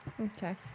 Okay